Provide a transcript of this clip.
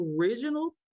original